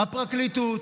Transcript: הפרקליטות,